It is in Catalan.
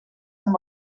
amb